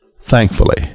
thankfully